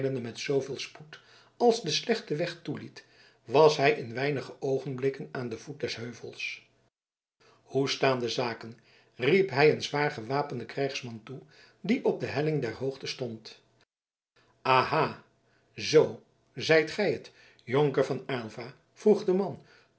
met zooveel spoed als de slechte weg toeliet was hij in weinige oogenblikken aan den voet des heuvels hoe staan de zaken riep hij een zwaargewapenden krijgsman toe die op de helling der hoogte stond aha zoo zijt gij het jonker van aylva vroeg de man